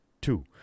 two